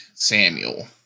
Samuel